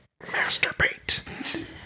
masturbate